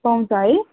पाउँछ है